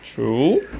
true